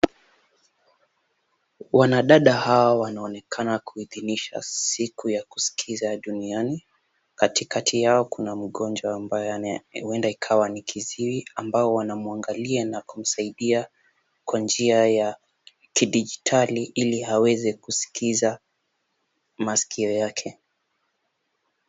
Wanadada hawa wanaonekana kuidhinisha siku ya kusikiza duniani. Katikati yao kuna mgonjwa ambaye huenda ikawa ni kiziwi ambao wanamwangalia na kumsaidia kwa njia ya kidijitali ili aweze kusikiza masikio yake.